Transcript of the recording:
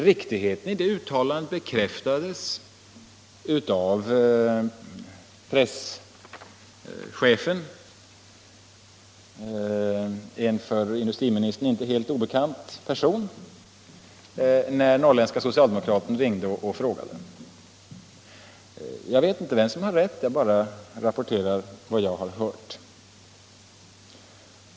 Riktigheten i det uttalandet bekräftades av presschefen, en för industriministern inte helt obekant person, när Norrländska Socialdemokraten ringde och frågade. Jag vet inte vem som har rätt — jag bara rapporterar vad jag har hört.